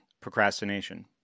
procrastination